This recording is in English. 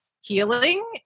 healing